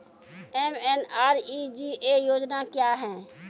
MNREGA योजना क्या हैं?